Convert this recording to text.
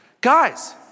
Guys